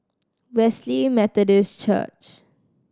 Wesley Methodist Church